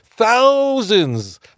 Thousands